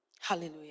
Hallelujah